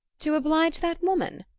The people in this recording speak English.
to oblige that woman?